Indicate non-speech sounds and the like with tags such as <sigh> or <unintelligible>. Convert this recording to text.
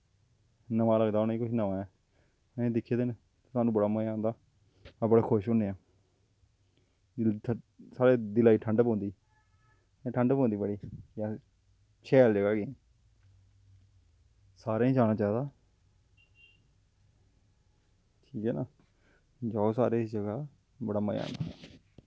नमां लगदा उनेंगी किश नमां ऐ असें दिक्खे दे न सानूं बड़ा मज़ा आंदा अस बड़े खुश होन्ने आं <unintelligible> साढ़े दिला गी ठंड पौंदी ठंड पौंदी बड़ी आखदे शैल जगह् गे सारें गी जाना चाहिदा ठीक ऐ ना जाओ सारे इस जगह् बड़ा मज़ा आना